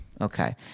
Okay